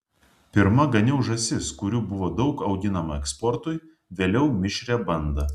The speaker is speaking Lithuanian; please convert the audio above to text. pirma ganiau žąsis kurių buvo daug auginama eksportui vėliau mišrią bandą